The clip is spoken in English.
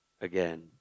again